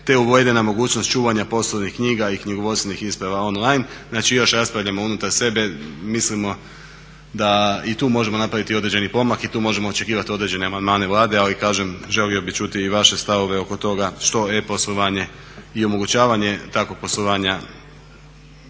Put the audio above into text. je uvedena mogućnost čuvanja poslovnih knjiga i knjigovodstvenih isprava online. Znači, još raspravljamo unutar sebe, mislimo da i tu možemo napraviti određeni pomak i tu možemo očekivati određene amandmane Vlade. Ali kažem, želio bih čuti i vaše stavove oko toga što e-poslovanje i omogućavanje takvog poslovanja